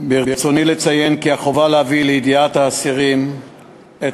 ברצוני לציין כי החובה להביא לידיעת האסירים את